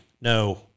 no